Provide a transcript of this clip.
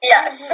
Yes